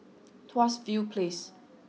Tuas View Place